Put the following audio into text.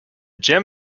gem